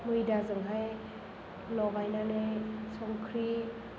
मैदाजोंहाय लगायनानै संख्रि